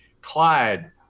Clyde